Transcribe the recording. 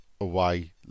away